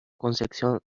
concepción